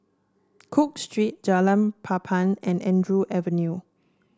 Cook Street Jalan Papan and Andrew Avenue